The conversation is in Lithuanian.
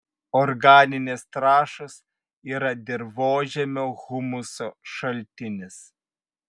organinės trąšos yra dirvožemio humuso šaltinis